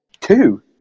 Two